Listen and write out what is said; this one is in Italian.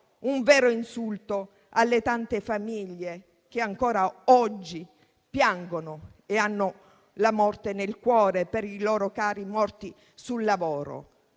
un vero insulto alle tante famiglie che ancora oggi piangono e hanno la morte nel cuore per i loro cari morti sul lavoro.